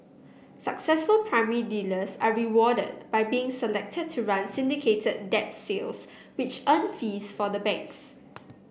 successful primary dealers are rewarded by being selected to run syndicated debt sales which earn fees for the banks